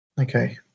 okay